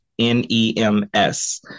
N-E-M-S